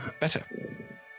Better